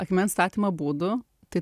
akmens statymo būdų tai